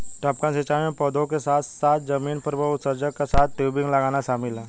टपकन सिंचाई में पौधों के साथ साथ जमीन पर उत्सर्जक के साथ टयूबिंग लगाना शामिल है